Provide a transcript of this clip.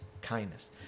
kindness